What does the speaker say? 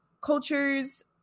cultures